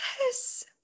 Yes